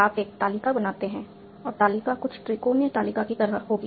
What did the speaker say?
आप एक तालिका बनाते हैं और तालिका कुछ त्रिकोणीय तालिका की तरह होगी